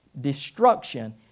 destruction